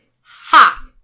Ha